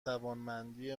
توانمندی